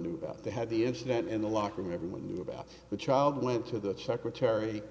knew they had the incident in the locker room everyone knew about the child went to the secretary